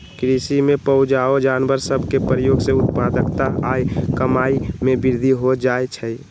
कृषि में पोअउऔ जानवर सभ के प्रयोग से उत्पादकता आऽ कमाइ में वृद्धि हो जाइ छइ